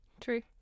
true